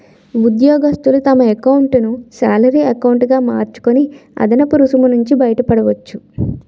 ఉద్యోగస్తులు తమ ఎకౌంటును శాలరీ ఎకౌంటు గా మార్చుకొని అదనపు రుసుము నుంచి బయటపడవచ్చు